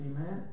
Amen